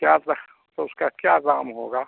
क्या स उसका क्या दाम होगा